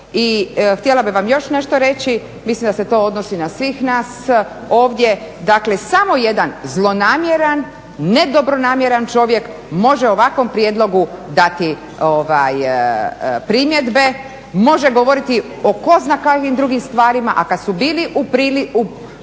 I htjela bih vam još nešto reći. Mislim da se to odnosi na svih nas ovdje. Dakle, samo jedan zlonamjeran, nedobronamjeran čovjek može ovakvom prijedlogu dati primjedbe, može govoriti o tko zna kakvim drugim stvarima, a kad su bili u prilici,